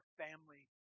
family